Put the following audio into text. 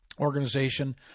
organization